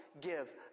give